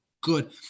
good